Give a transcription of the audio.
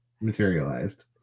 materialized